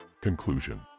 Conclusion